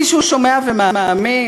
מישהו שומע ומאמין?